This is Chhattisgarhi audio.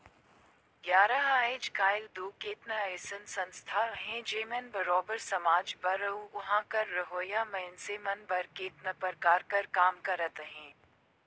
आएज काएल दो केतनो अइसन संस्था अहें जेमन बरोबेर समाज बर अउ उहां कर रहोइया मइनसे मन बर केतनो परकार कर काम करत अहें